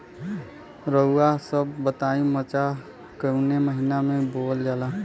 रउआ सभ बताई मरचा कवने महीना में बोवल जाला?